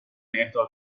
اهدا